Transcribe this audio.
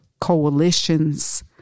coalitions